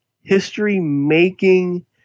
history-making